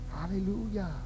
Hallelujah